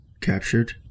Captured